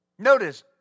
Notice